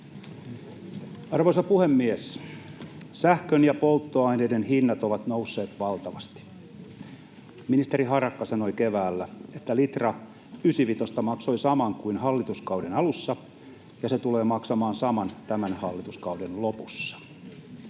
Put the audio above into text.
Arvoisa puhemies! Sähkön ja polttoaineiden hinnat ovat nousseet valtavasti. Ministeri Harakka sanoi keväällä, että litra ysivitosta maksoi saman kuin hallituskauden alussa ja se tulee maksamaan saman tämän hallituskauden lopussa.